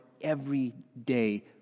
everyday